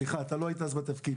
סליחה, אתה לא היית אז בתפקיד.